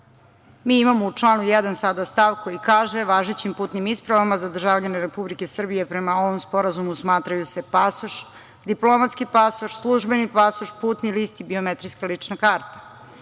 mi imamo u članu 1. sada stav koji kaže – važećim putnim ispravama za državljane Republike Srbije, prema ovom sporazumu, smatraju se pasoš, diplomatski pasoš, službeni pasoš, putni list i biometrijska lična karta.